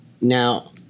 now